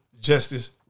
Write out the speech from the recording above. justice